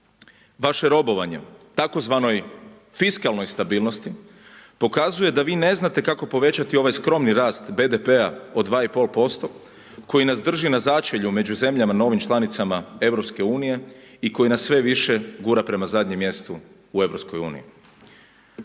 Vaše robovanje tzv. fiskalnoj stabilnosti pokazuje da vi ne znate kako povećati ovaj skromni rast BDP-a od 2,5% koji nas drži na začelju među zemljama novim članicama Europske unije i koji nas sve više gura prema zadnjem mjestu u